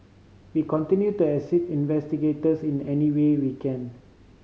we continue to assist investigators in any way we can